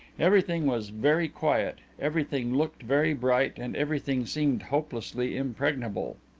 everything was very quiet, everything looked very bright, and everything seemed hopelessly impregnable.